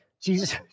Jesus